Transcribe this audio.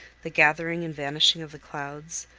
the gathering and vanishing of the clouds,